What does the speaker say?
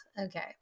okay